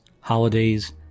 holidays